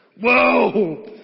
Whoa